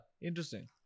Interesting